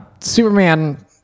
superman